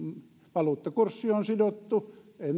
valuuttakurssi on sidottu